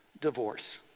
divorce